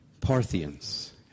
Parthians